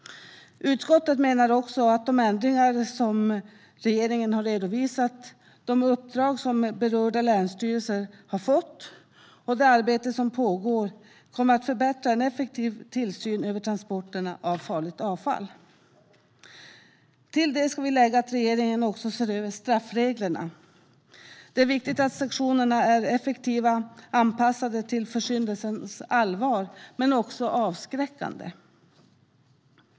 Utskottet menar också att de ändringar som regeringen har redovisat, de uppdrag som berörda länsstyrelser har fått och det arbete som pågår kommer att förbättra en effektiv tillsyn över transporterna av farligt avfall. Till det ska läggas att regeringen också ser över straffreglerna. Det är viktigt att sanktionerna är effektiva, anpassade till försyndelsens allvar men också avskräckande.